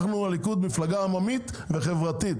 אנחנו הליכוד מפלגה עממית וחברתית,